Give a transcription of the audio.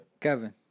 Kevin